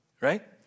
right